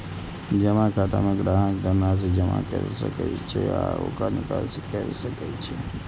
जमा खाता मे ग्राहक धन राशि जमा कैर सकै छै आ ओकर निकासी कैर सकै छै